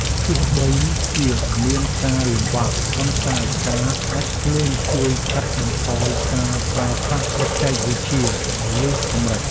ទោះបីជាមានការលំបាក ប៉ុន្តែការដាច់ភ្លើងជួយកាត់បន្ថយការប្រើប្រាស់បច្ចេកវិទ្យាលើសកម្រិត។